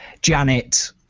Janet